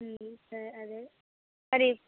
sir అదే